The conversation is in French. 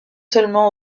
seulement